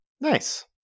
Nice